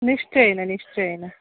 निश्चयेन निश्चयेन